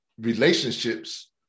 Relationships